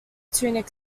tunic